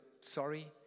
sorry